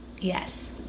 Yes